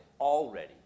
already